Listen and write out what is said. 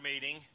meeting